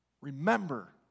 remember